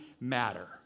matter